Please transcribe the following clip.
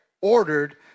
ordered